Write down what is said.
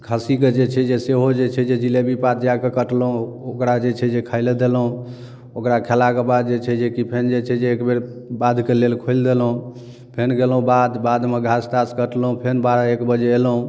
खस्सीके जे छै जे सेहो जे छै जे जिलेबी पात जाकऽ कटलहुँ ओकरा जे छै जे खाइ लऽ देलहुँ ओकरा खेलाके बाद जे छै जे कि फेन जे छै जे एकबेर बाधके लेल खोलि देलहुँ फेन गेलहुँ बाध बाधमे घास तास कटलहुँ फेन बारह एक बजे अयलहुँ